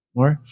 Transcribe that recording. More